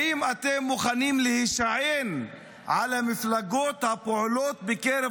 האם אתם מוכנים להישען על המפלגות הפועלות בקרב